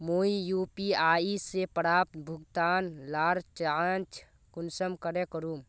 मुई यु.पी.आई से प्राप्त भुगतान लार जाँच कुंसम करे करूम?